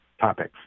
topics